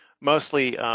mostly